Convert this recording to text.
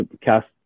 cast